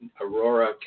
Aurora